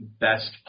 best